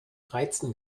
reizen